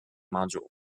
module